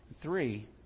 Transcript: Three